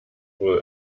wohl